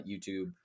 YouTube